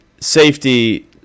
safety